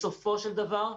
בסופו של דבר,